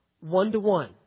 one-to-one